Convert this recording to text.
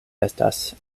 estas